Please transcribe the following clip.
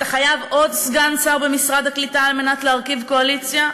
אתה חייב עוד סגן שר במשרד הקליטה על מנת להרכיב קואליציה?